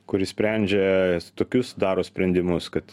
kuri sprendžia tokius daro sprendimus kad